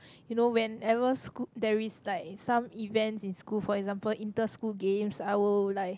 you know whenever sch~ there is like some events in school for example inter school games I will like